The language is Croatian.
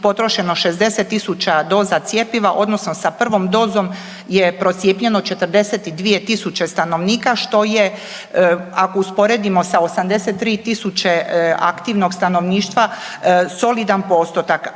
potrošeno 60.000 doza cjepiva odnosno sa prvom dozom je procijepljeno 42.000 stanovnika što je ako usporedimo sa 83.000 aktivnog stanovništva solidan postotak.